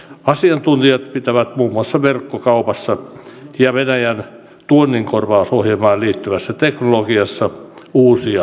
asiantuntijat näkevät muun muassa verkkokaupassa ja venäjän tuonninkorvausohjelmaan liittyvässä teknologiassa uusia mahdollisuuksia